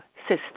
system